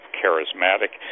charismatic